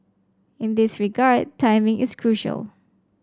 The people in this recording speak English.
in this regard timing is crucial